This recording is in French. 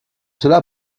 cela